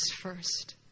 first